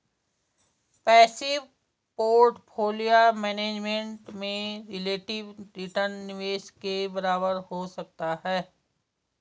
passive portfolio management में relative return निवेश के बराबर हो सकता है